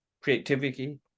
creativity